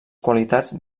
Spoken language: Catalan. qualitats